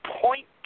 point